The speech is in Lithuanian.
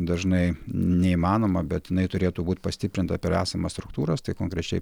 dažnai neįmanoma bet jinai turėtų būt pastiprinta per esamas struktūras tai konkrečiai